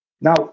Now